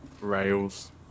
Rails